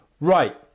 Right